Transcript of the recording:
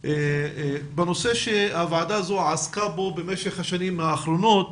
בנושא שהוועדה הזו עסקה בו במשך השנים האחרונות.